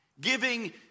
giving